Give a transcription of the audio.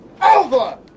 Alva